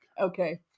Okay